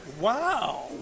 Wow